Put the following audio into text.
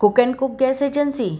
cook and cook gas agency